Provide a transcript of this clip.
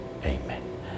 Amen